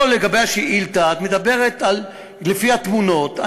פה, לגבי השאילתה, את מדברת על, לפי התמונות.